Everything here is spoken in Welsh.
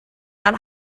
gan